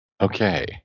Okay